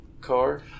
car